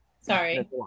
sorry